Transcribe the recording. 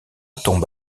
tombe